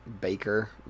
Baker